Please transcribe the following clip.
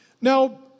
Now